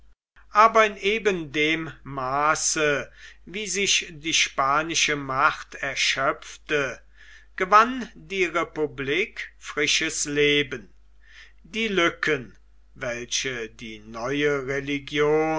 aber in eben dem maße wie sich die spanische macht erschöpfte gewann die republik frisches leben die lücken welche die neue religion